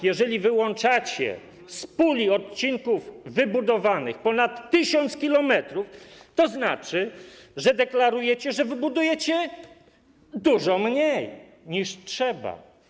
Jeżeli wyłączacie z puli odcinków wybudowanych ponad 1000 km, to znaczy, że deklarujecie, że wybudujecie dużo mniej, niż trzeba.